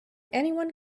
anyone